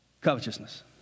covetousness